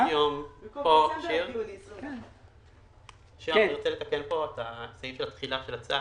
כאן אני רוצה לתקן את סעיף תחילת הצו.